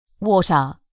Water